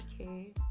okay